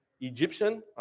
Egyptian